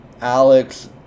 Alex